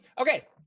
Okay